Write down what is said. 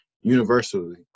universally